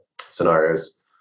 scenarios